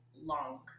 long